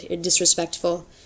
disrespectful